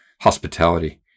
hospitality